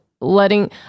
letting